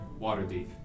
Waterdeep